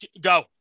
go